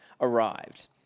arrived